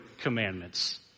commandments